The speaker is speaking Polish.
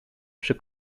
przy